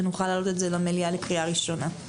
שנוכל להעלות את זה למליאה לקריאה ראשונה.